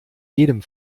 jedem